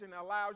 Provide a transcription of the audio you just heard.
allows